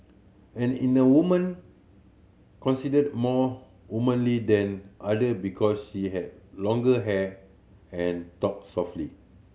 and in the woman considered more womanly than other because she has longer hair and talks softly